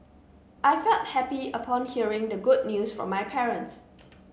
I felt happy upon hearing the good news from my parents